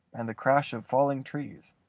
and the crash of falling trees,